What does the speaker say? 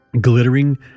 glittering